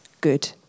good